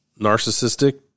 narcissistic